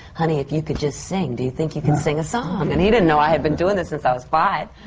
honey, if you could just sing. do you think you can sing a song? and he didn't know i had been doing this since i was five.